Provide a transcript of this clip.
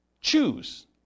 choose